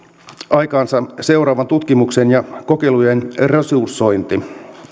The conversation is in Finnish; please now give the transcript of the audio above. aikaansa seuraavan tutkimuksen ja kokeilujen resursointi